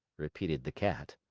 repeated the cat.